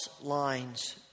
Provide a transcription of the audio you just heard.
lines